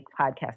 podcast